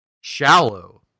Shallow